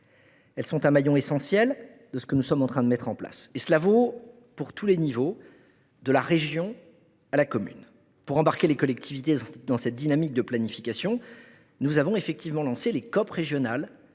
sont un maillon essentiel de ce que nous sommes en train de mettre en place. Et cela vaut pour tous les échelons, de la région à la commune. Pour embarquer les collectivités dans cette dynamique de planification, nous avons lancé les COP régionales